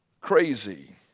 Crazy